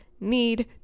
need